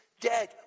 dead